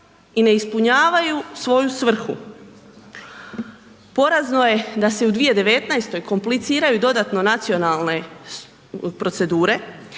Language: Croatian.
i ne ispunjavaju svoju svrhu. Porazno je da se u 2019. kompliciraju dodatno nacionalne procedure